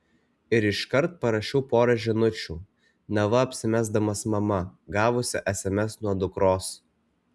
ir iškart parašiau porą žinučių neva apsimesdamas mama gavusia sms nuo dukros